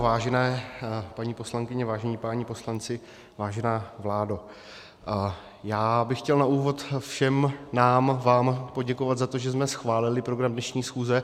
Vážené paní poslankyně, vážení páni poslanci, vážená vládo, já bych chtěl na úvod všem nám, vám poděkovat za to, že jsme schválili program dnešní schůze.